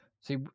See